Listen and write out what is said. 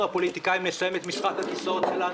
הפוליטיקאים נסיים את משחק הכיסאות שלנו?